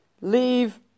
Leave